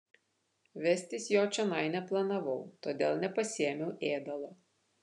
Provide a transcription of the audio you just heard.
vestis jo čionai neplanavau todėl nepasiėmiau ėdalo